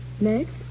Next